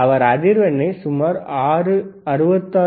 அவர் அதிர்வெண்ணை சுமார் 66